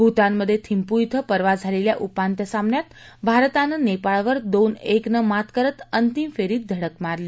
भूतानमध्ये थिंपू इथं परवा झालेल्या उपात्य सामन्यात भारतानं नेपाळवर दोन एक नं मात करत अंतिम फेरीत धडक मारली